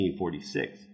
1846